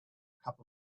cup